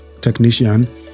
technician